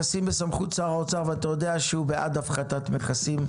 בסמכות שר האוצר ואתה יודע שהוא בעד הפחתת מכסים,